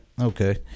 Okay